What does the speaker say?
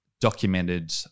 documented